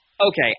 Okay